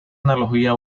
analogía